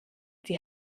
die